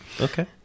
Okay